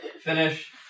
finish